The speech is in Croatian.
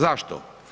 Zašto?